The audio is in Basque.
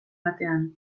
batean